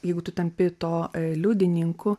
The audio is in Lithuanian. jeigu tu tampi to liudininku